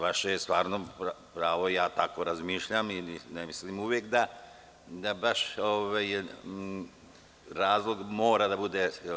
Vaše je pravo, ja tako razmišljam i ne mislim uvek da baš razlog mora da bude.